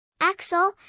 Axel